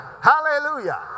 Hallelujah